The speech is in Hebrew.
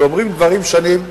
כשאומרים דברים שנים,